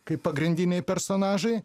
kaip pagrindiniai personažai